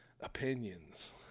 opinions